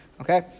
okay